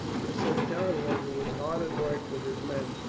the centurion, who was hard at work with his men,